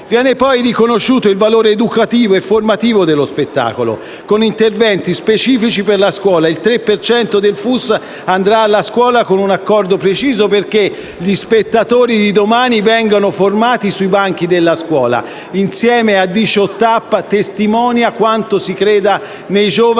Viene poi riconosciuto il valore educativo e formativo dello spettacolo, con interventi specifici per la scuola: il 3 per cento del FUS andrà alla scuola con un accordo preciso, perché gli spettatori di domani vengono formati sui banchi di scuola. Insieme a 18App, questo testimonia di quanto si crede nei giovani